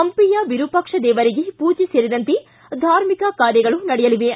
ಪಂಪಿಯ ವಿರೂಪಾಕ್ಷ ದೇವರಿಗೆ ಪೂಜೆ ಸೇರಿದಂತೆ ಧಾರ್ಮಿಕ ಕಾರ್ಯಗಳು ನಡೆಯಲಿವೆ